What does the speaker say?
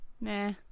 Nah